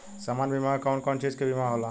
सामान्य बीमा में कवन कवन चीज के बीमा होला?